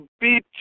beat